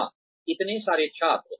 हां इतने सारे छात्र